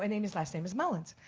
and aimee's last name is mullens.